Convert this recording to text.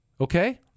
Okay